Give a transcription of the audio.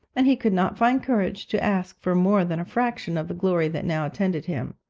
and he could not find courage to ask for more than a fraction of the glory that now attended him.